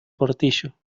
portillo